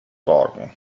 wagen